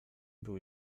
był